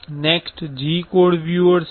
next G code viewer છે